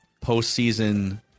postseason